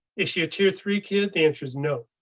is she a tier three kids? the answer is no.